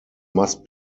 must